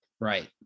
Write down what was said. Right